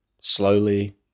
slowly